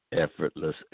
effortless